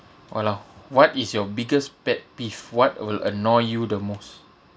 !alah! what is your biggest pet peeve what will annoy you the most